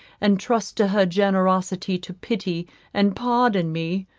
and trust to her generosity to pity and pardon me.